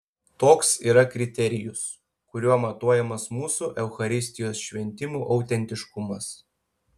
toks yra kriterijus kuriuo matuojamas mūsų eucharistijos šventimų autentiškumas